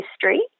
history